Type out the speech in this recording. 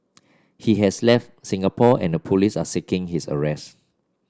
he has left Singapore and the police are seeking his arrest